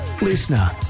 Listener